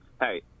Hey